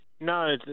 No